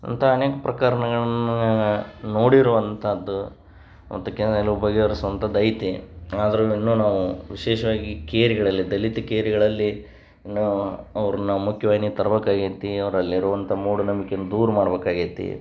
ಅಂಥ ಅನೇಕ ಪ್ರಕರ್ಣಗಳ್ನ ನೋಡಿರುವಂಥದ್ದು ಮತ್ತು ಕೆಲವು ಬಗೆಹರ್ಸುವಂಥದ್ದು ಐತೆ ಆದ್ರೂ ಇನ್ನೂ ನಾವು ವಿಶೇಷವಾಗಿ ಕೇರಿಗಳಲ್ಲಿ ದಲಿತ ಕೇರಿಗಳಲ್ಲಿ ಇನ್ನೂ ಅವ್ರನ್ನ ಮುಖ್ಯವಾಹ್ನಿಗೆ ತರ್ಬೇಕಾಗ್ಯೈತಿ ಅವರಲ್ಲಿರುವಂಥ ಮೂಢನಂಬಿಕೆನ್ನು ದೂರ ಮಾಡ್ಬೇಕಾಗ್ಯೈತಿ